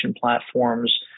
platforms